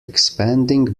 expanding